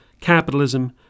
capitalism